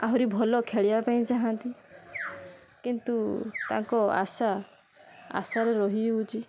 ଆହୁରି ଭଲ ଖେଳିବା ପାଇଁ ଚାହାଁନ୍ତି କିନ୍ତୁ ତାଙ୍କ ଆଶା ଆଶାରେ ରହିଯାଉଛି